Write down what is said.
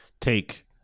take